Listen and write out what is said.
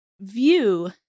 view